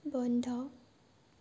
বন্ধ